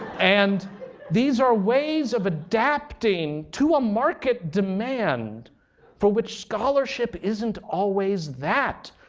and these are ways of adapting to a market demand for which scholarship isn't always that.